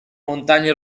montagne